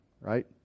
right